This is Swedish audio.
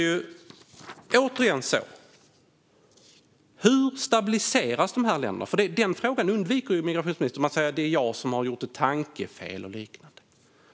Hur stabiliseras de här länderna? Den frågan undviker ju migrationsministern. Man säger att det är jag som har gjort ett tankefel och liknande.